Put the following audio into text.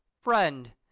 Friend